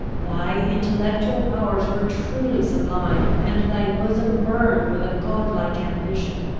thy intellectual powers were truly sublime, and thy bosom burned with a god-like ambition.